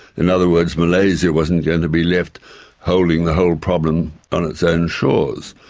in other words, malaysia wasn't going to be left holding the whole problem on its own shores.